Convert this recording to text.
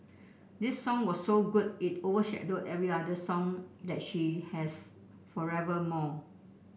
this song was so good it overshadowed every other song that she has forevermore